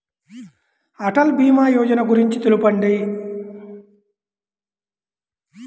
అటల్ భీమా యోజన గురించి తెలుపండి?